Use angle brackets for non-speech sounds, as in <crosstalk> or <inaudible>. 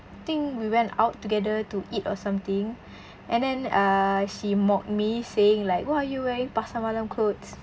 think we went out together to eat or something <breath> and then err she mocked me saying like !wah! you wearing pasar malam clothes